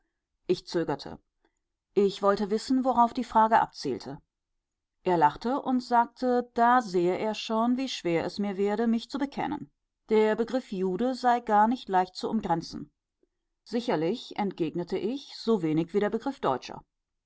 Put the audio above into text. ich zögerte ich wollte wissen worauf die frage abzielte er lachte und sagte da sehe er schon wie schwer es mir werde mich zu bekennen der begriff jude sei gar nicht leicht zu umgrenzen sicherlich entgegnete ich so wenig wie der begriff